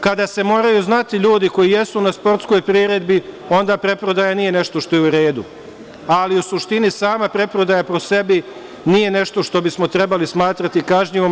Kada se moraju znati ljudi koji jesu na sportskoj priredbi, onda preprodaja nije nešto što je u redu, ali u suštini sama preprodaja, po sebi, nije nešto što bismo trebali smatrati kažnjivom.